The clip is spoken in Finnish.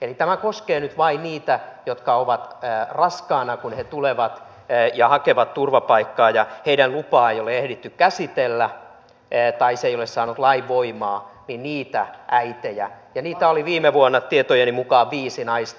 eli tämä koskee nyt vain niitä äitejä jotka ovat raskaana kun tulevat hakevat turvapaikkaa ja heidän lupaansa ei ole ehditty käsitellä tai se ei ole saanut lainvoimaa ja heitä oli viime vuonna tietojeni mukaan viisi naista